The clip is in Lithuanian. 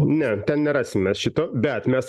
ne ten nerasim mes šito bet mes